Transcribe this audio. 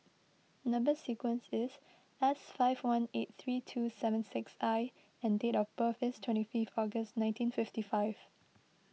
Number Sequence is S five one eight three two seven six I and date of birth is twenty five August nineteen fifty five